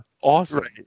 awesome